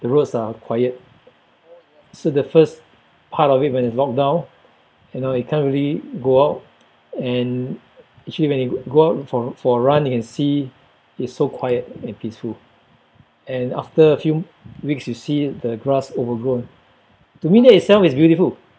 the roads are quiet so the first part of it when it's locked down you know you can't really go out and actually when you go out for for a run you can see it's so quiet and peaceful and after a few weeks you see the grass overgrown to me that itself is beautiful